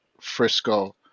Frisco